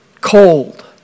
cold